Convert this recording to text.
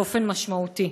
באופן משמעותי.